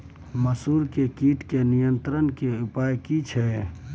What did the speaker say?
मसूर के कीट के नियंत्रण के उपाय की छिये?